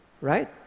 right